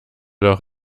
doch